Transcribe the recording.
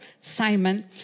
Simon